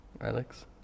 Alex